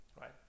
right